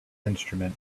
instrument